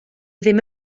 ddim